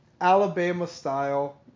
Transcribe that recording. Alabama-style